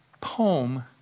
poem